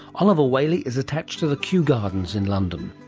oliver whaley is attached to the kew gardens in london.